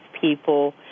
people